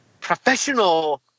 professional